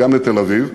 וגם לתל-אביב,